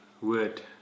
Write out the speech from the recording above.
word